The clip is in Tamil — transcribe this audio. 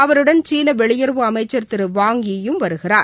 அவருடன் சீன வெளியுறவு அமைச்சர் திரு வாங் ஈயும் வருகிறார்